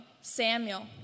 Samuel